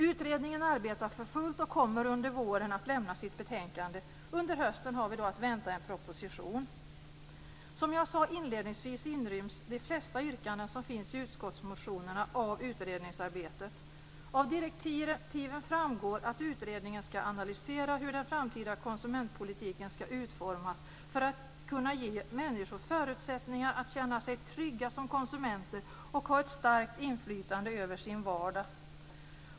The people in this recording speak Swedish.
Utredningen arbetar för fullt och kommer under våren att lämna fram sitt betänkande. Under hösten har vi att vänta en proposition. Som jag sade inledningsvis inryms de flesta yrkanden som finns i utskottsmotionerna i utredningsarbetet. Av direktiven framgår att utredningen ska analysera hur den framtida konsumentpolitiken ska utformas för att kunna ge människor förutsättningar att känna sig trygga som konsumenter och ha ett starkt inflytande över sin vardag.